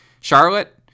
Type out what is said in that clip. Charlotte